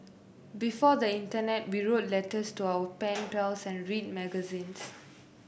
before the internet we wrote letters to our pen pals and read magazines